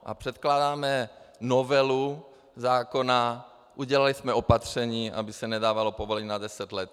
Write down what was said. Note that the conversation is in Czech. A předkládáme novelu zákona, udělali jsme opatření, aby se nedávalo povolení na deset let.